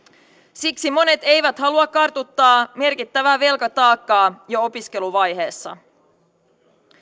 siksi monet eivät halua kartuttaa merkittävää velkataakkaa jo opiskeluvaiheessa